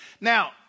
Now